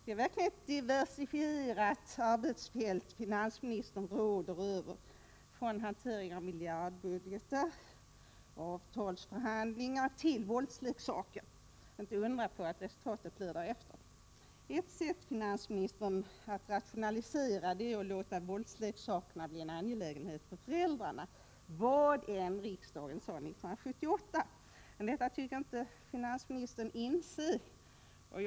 Det är verkligen ett diversifierat arbetsfält som finansministern råder över, från hantering av miljardbudgetar och avtalsförhandlingar till våldsleksaker. Det är inte att undra på att resultatet blir därefter. Ett sätt att rationalisera, finansministern, är att låta våldsleksakerna bli en angelägenhet för föräldrarna — vad riksdagen nu än uttalade 1978. Men detta tycks finansministern inte inse.